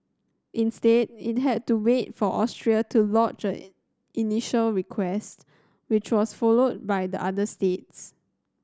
instead it had to wait for Austria to lodge an initial request which was followed by the other states